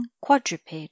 quadruped